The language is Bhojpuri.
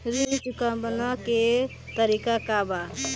ऋण चुकव्ला के तरीका का बा?